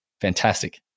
fantastic